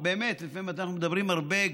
לפעמים אנחנו מדברים הרבה,